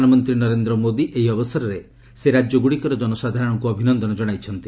ପ୍ରଧାନମନ୍ତ୍ରୀ ନରେନ୍ଦ୍ର ମୋଦି ଏହି ଅବସରରେ ସେହି ରାଜ୍ୟଗୁଡ଼ିକର ଜନସାଧାରଣଙ୍କୁ ଅଭିନନ୍ଦନ ଜଣାଇଛନ୍ତି